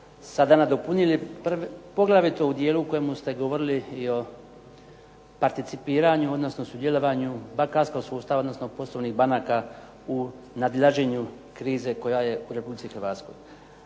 sada nadopunili poglavito u dijelu u kojem u ste govorili o participiranju odnosno sudjelovanju bankarskog sustava odnosno poslovnih banaka u nadilaženju krize koja je u Republici Hrvatskoj.